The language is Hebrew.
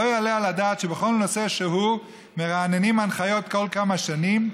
לא יעלה על הדעת שבכל נושא שהוא מרעננים הנחיות כל כמה שנים,